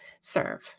serve